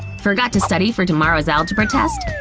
forgot to study for tomorrow's algebra test?